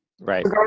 right